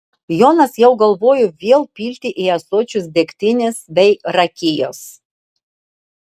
jonas jau galvojo vėl pilti į ąsočius degtinės bei rakijos